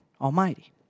Almighty